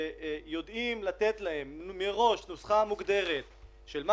כשיודעים לתת להם מראש נוסחה מוגדרת של מה